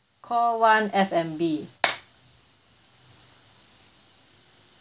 call one F and B